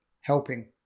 helping